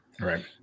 right